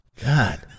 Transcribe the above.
God